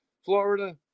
Florida